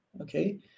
okay